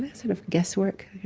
yeah sort of guesswork,